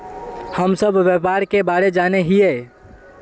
हम सब व्यापार के बारे जाने हिये?